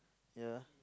ya